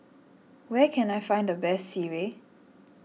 where can I find the best Sireh